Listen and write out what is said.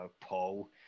paul